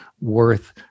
worth